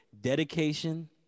dedication